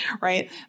right